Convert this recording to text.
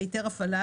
בהיתר הפעלה,